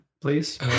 please